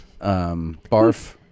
barf